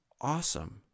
awesome